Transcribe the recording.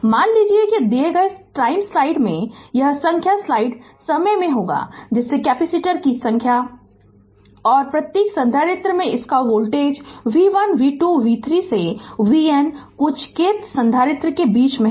मान लीजिए दिए गए स्लाइड समय में यह संख्या स्लाइड समय में होगा जिसमें कैपेसिटर की संख्या है और प्रत्येक संधारित्र में वोल्टेज है v1 v2 v3 से vn कुछ kth संधारित्र के बीच में है